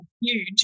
huge